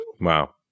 wow